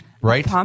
right